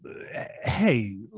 hey